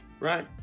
Right